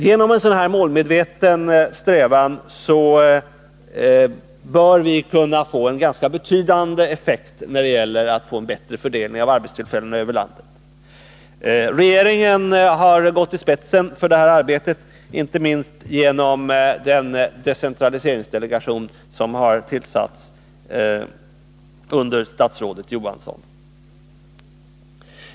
Genom en sådan här målmedveten strävan bör vi kunna få en ganska betydande effekt när det gäller att åstadkomma en bättre fördelning av arbetstillfällena över landet. Regeringen har gått i spetsen för detta arbete, inte minst genom den decentraliseringsdelegation som har tillsatts under statsrådet Johansson.